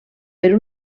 per